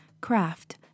Craft